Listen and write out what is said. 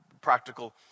practical